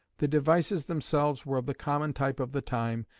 the devices themselves were of the common type of the time,